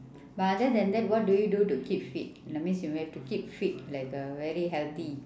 but other than that what do you do to keep fit that means you have to keep fit like uh very healthy